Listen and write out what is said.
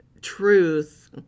truth